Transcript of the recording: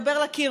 דבר לקיר,